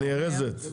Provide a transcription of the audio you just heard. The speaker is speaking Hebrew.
הנארזת.